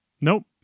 Nope